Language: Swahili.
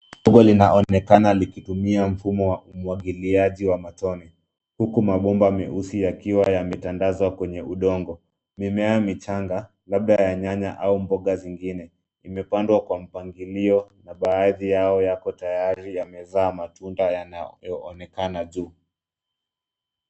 Nguo linaonekana likitumia mfumo wa umwagiliaji wa matone, huku mabomba meusi yakiwa yametandazwa kwenye udongo. Mimea michanga, labda ya nyanya au mboga zingine, imepandwa kwa mpangilio na baadhi yao yako tayari yamezaa matunda yanayoonekana juu.